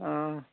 অঁ